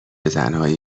تنهایی